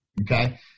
okay